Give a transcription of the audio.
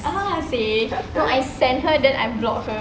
a'ah seh no I send her then I block her